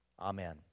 Amen